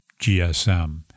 GSM